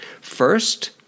First